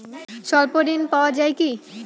স্বল্প ঋণ পাওয়া য়ায় কি?